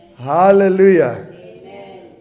Hallelujah